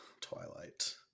Twilight